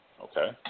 Okay